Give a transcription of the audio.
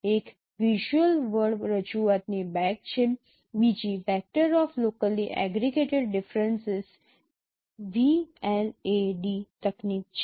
એક visual word રજૂઆતની bag છે બીજી એક vector of locally aggregated differences VLAD તકનીક છે